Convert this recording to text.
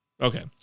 Okay